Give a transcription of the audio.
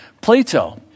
Plato